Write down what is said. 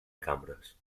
cambres